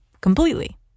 completely